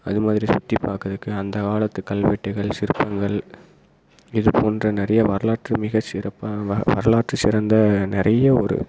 அது மாதிரி சுற்றி பார்க்கறதுக்கு அந்த காலத்து கல்வெட்டுகள் சிற்பங்கள் இது போன்ற நிறைய வரலாற்று மிகச்சிறப்பாக வ வரலாற்று சிறந்த நிறைய ஒரு